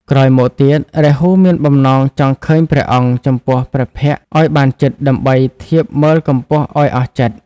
ក្រោយមកទៀត រាហូមានបំណងចង់ឃើញព្រះអង្គចំពោះព្រះភក្ត្រឱ្យបានជិត ដើម្បីធៀបមើលកម្ពស់ឱ្យអស់ចិត្ត។